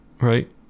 right